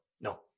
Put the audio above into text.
No